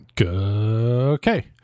Okay